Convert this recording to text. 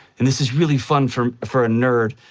and this is really fun for for a nerd,